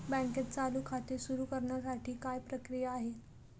बँकेत चालू खाते सुरु करण्यासाठी काय प्रक्रिया आहे?